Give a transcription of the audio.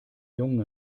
jungen